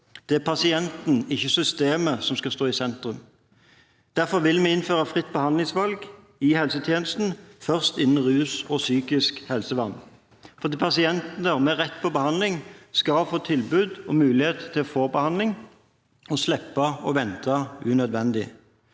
Det er pasienten, ikke systemet, som skal stå i sentrum. Derfor vil vi innføre fritt behandlingsvalg i helsetjenesten, først innenfor rus og psykisk helsevern, fordi pasienter med rett til behandling skal få tilbud om og muligheten til å få behandling og slippe å vente unødvendig.